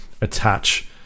attach